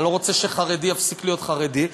אני לא רוצה שחרדי יפסיק להיות חרדי,